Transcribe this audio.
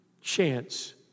chance